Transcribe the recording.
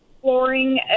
flooring